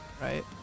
right